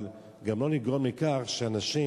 אבל גם לא לגרום לכך שאנשים